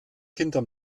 hinterm